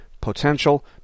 potential